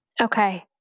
Okay